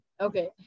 Okay